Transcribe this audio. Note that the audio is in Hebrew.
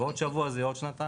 ועוד שבוע זה יהיה עוד שנתיים,